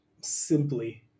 simply